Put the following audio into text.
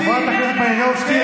חברת הכנסת מלינובסקי.